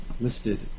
listed